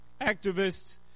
activists